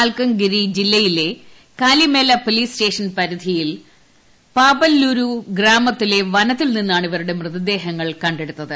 മൽക്കംകിരി ജില്ലയിലെ Kalimela police station പരിധിയിൽ പാപല്ലൂരൂ ഗ്രാമത്തിലെ വനത്തിൽ നിന്നാണ് ഇവരുടെ മൃതദേഹങ്ങൾ കണ്ടെടുത്തത്